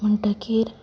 म्हणटकीर